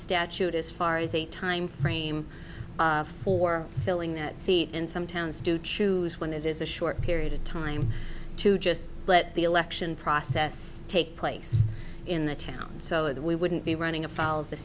statute as far as a timeframe for filling that seat in some towns do choose when it is a short period of time to just let the election process take place in the town so that we wouldn't be running afoul of the